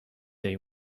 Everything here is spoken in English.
day